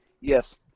yes